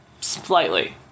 slightly